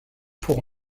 pour